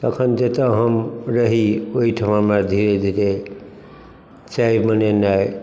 तखन जतय हम रही ओइठाम हमरा धीरे धीरे चाय बनेनाइ